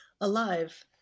alive